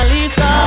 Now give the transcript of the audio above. Lisa